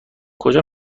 کجا